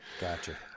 Gotcha